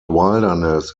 wilderness